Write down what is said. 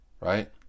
Right